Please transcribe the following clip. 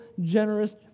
generous